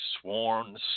sworn